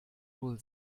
wohl